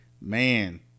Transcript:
man